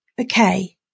Okay